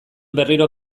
berriro